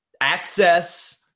Access